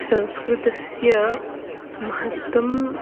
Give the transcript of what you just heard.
संस्कृतस्य महत्त्वम्